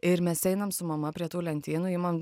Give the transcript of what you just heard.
ir mes einam su mama prie tų lentynų imam